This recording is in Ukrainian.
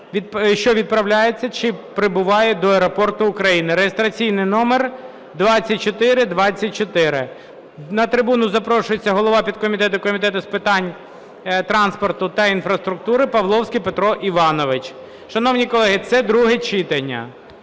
що відправляється чи прибуває до аеропорту України (реєстраційний номер 2424). На трибуну запрошується голова підкомітету Комітету з питань транспорту та інфраструктури Павловський Петро Іванович. Шановні колеги, це друге читання.